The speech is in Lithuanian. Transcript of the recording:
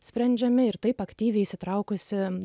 sprendžiami ir taip aktyviai įsitraukusi